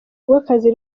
rw’akazi